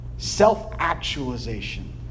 Self-actualization